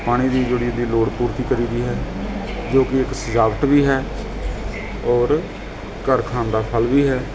ਪਾਣੀ ਦੀ ਜਿਹੜੀ ਦੀ ਲੋੜ ਪੂਰਤੀ ਕਰੀਦੀ ਹੈ ਜੋ ਕਿ ਇੱਕ ਸਜਾਵਟ ਵੀ ਹੈ ਔਰ ਘਰ ਖਾਣ ਦਾ ਫਲ ਵੀ ਹੈ